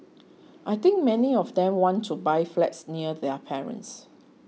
I think many of them want to buy flats near their parents